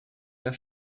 der